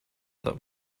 that